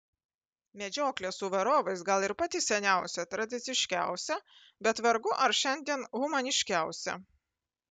medžioklė su varovais gal ir pati seniausia tradiciškiausia bet vargu ar šiandien humaniškiausia